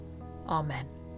Amen